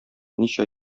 ничә